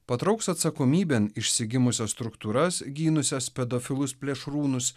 patrauks atsakomybėn išsigimusias struktūras gynusias pedofilus plėšrūnus